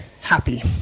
happy